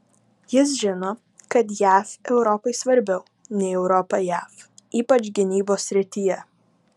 jis žino kad jav europai svarbiau nei europa jav ypač gynybos srityje